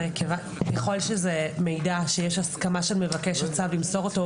ככל שזה מידע שיש הסכמה של מבקש הצו למסור אותו,